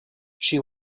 she